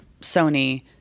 Sony